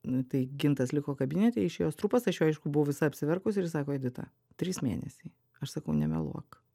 nu tai gintas liko kabinete išėjo strupas aš jau aišku buvau visa apsiverkus ir jis sako edita trys mėnesiai aš sakau nemeluok